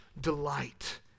delight